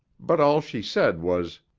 but all she said was,